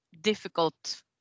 difficult